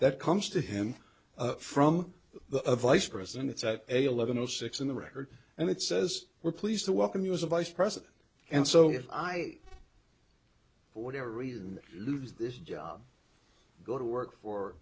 that comes to him from the vice president it's a eleven o six in the record and it says we're pleased to welcome you as a vice president and so if i whatever reason lose this job go to work for